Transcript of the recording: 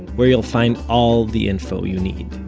where you'll find all the info you need